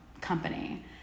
company